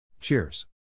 Cheers